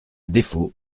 défaut